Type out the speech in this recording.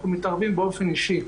אנחנו מתערבים באופן אישי.